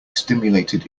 stimulated